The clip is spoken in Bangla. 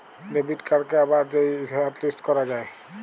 ডেবিট কাড়কে আবার যাঁয়ে হটলিস্ট ক্যরা যায়